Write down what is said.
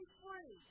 free